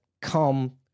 come